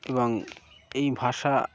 এবং এই ভাষা